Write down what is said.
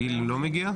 גיל לא מגיע?